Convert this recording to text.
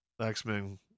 X-Men